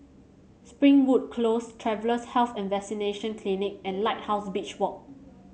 Springwood Close Travellers' Health and Vaccination Clinic and Lighthouse Beach Walk